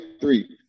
three